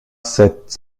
cette